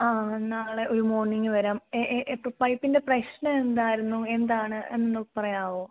ആ നാളെ ഒരു മോണിംഗ് വരാം എപ്പം പൈപ്പിൻ്റെ പ്രശ്നം എന്തായിരുന്നു എന്താണ് എന്നൊന്ന് പറയാമോ